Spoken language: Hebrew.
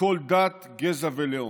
מכל דת, גזע ולאום.